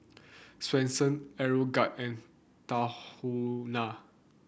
Swensens Aeroguard and Tahuna